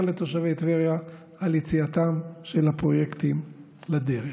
לתושבי טבריה על יציאתם של הפרויקטים לדרך.